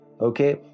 okay